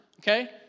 okay